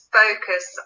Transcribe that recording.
focus